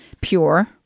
pure